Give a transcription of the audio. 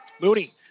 Moody